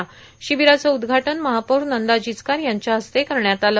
र्शाबराचं उद्घाटन महापौर नंदा जिचकार यांच्या हस्ते करण्यात आलं